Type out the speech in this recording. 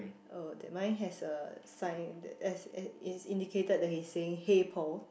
oh that mine has a sign that has it's indicated that he's saying hey Paul